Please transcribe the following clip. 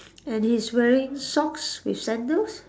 and he's wearing socks with sandals